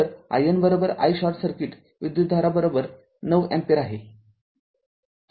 तर IN i short circuit विद्युतधारा ९अँपिअर आहे